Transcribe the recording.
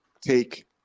take